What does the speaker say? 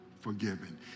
forgiven